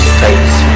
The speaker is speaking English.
face